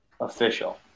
Official